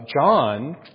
John